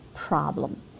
problem